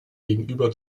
gegenüber